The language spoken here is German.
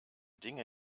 dinge